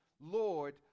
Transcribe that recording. Lord